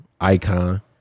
icon